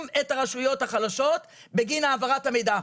את הרשויות החלשות בגין העברת המידע.